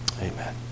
amen